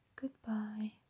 Goodbye